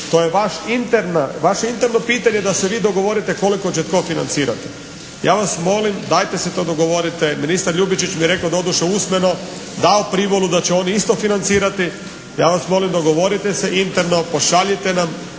vaše interno pitanje da se vi dogovorite koliko će tko financirati? Ja vas molim dajte se to dogovorite. Ministar LJubičić mi je rekao doduše usmeno, dao privolu da će on isto financirati. Ja vas molim dogovorite se interno. Pošaljite nam